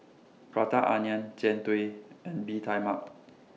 Prata Onion Jian Dui and Bee Tai Mak